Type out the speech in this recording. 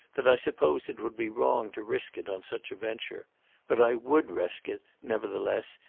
that i suppose it would be wrong to risk it on such a venture but i would risk it, nevertheless,